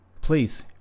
please